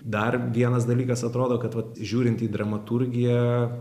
dar vienas dalykas atrodo kad vat žiūrint į dramaturgiją